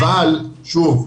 אבל שוב,